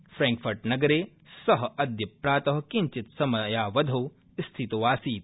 फैंकफर्टनगरे स अद्य प्रात किञ्चित् समयावधौ स्थिताऽसीत्